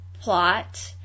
plot